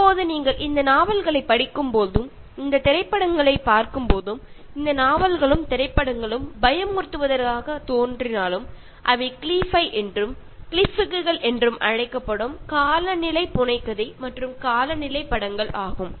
இப்போது நீங்கள் இந்த நாவல்களைப் படிக்கும் பொழுதும் இந்த திரைப்படங்களைப் பார்க்கும் பொழுதும் இந்த நாவல்களும் திரைப்படங்களும் பயமுறுத்துவதாகத் தோன்றினாலும் அவை கிளி ஃபை என்றும் கிளி ஃப்ளிக்குகள் என்று அழைக்கப்படும் காலநிலை புனைகதை மற்றும் காலநிலை படங்கள் ஆகும்